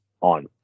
on